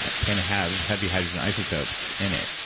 ah can have heavy hydrogen isotopes in it?